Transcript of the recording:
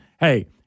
Hey